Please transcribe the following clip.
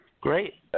Great